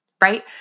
right